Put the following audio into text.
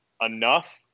enough